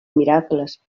miracles